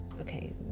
Okay